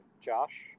Josh